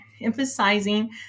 emphasizing